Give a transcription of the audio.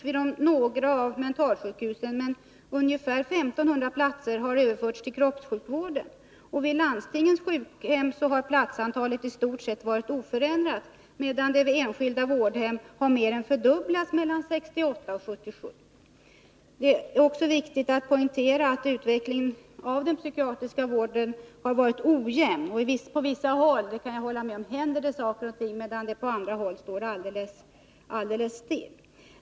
Vid några av mentalsjukhusen har så skett, men ungefär 1 500 platser har överförts till kroppssjukvården, och vid landstingens sjukhem har platsantalet i stort varit oförändrat, medan antalet vid enskilda vårdhem har mer än fördubblats mellan 1968 och 1977. Det är viktigt att poängtera att utvecklingen inom den psykiatriska vården har varit ojämn. På vissa håll händer det saker och ting, det kan jag hålla med om, men på andra håll står det alldeles still.